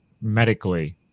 medically